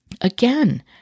Again